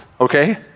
okay